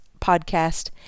podcast